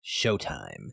showtime